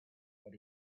when